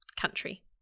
country